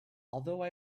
although